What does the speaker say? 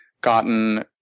gotten